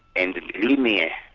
and believe me,